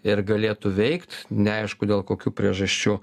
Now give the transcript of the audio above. ir galėtų veikt neaišku dėl kokių priežasčių